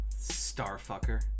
Starfucker